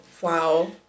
Wow